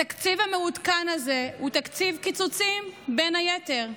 התקציב המעודכן הזה הוא תקציב קיצוצים, בין היתר.